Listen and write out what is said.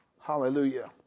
Hallelujah